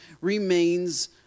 remains